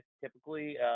typically